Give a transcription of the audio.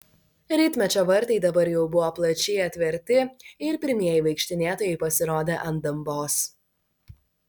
rytmečio vartai dabar jau buvo plačiai atverti ir pirmieji vaikštinėtojai pasirodė ant dambos